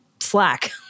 Slack